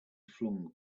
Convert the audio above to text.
flung